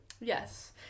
yes